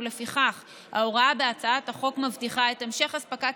ולפיכך ההוראה בהצעת החוק מבטיחה את המשך אספקת